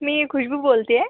मी खुशबू बोलते आहे